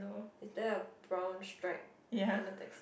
is there a brown stripe on the taxi